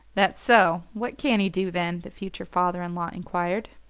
that so? what can he do, then? the future father-in-law enquired.